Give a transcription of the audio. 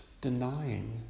denying